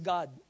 God